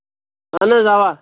اَہن حظ اَوا